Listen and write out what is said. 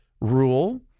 rule